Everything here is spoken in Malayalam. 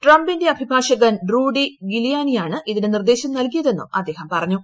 ട്രംപിന്റെ അഭിഭാഷകൻ റൂഡിഗിലിയാനിയാണ് ഇതിന് നിർദ്ദേശം നൽകിയതെന്നും അദ്ദേഹം പറഞ്ഞു